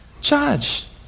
judge